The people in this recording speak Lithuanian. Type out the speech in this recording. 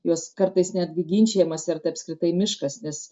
jos kartais netgi ginčijamasi ar tai apskritai miškas nes